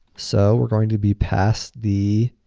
so, we're going to be passed the